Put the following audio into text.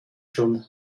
schon